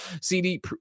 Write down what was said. cd